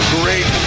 great